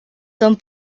son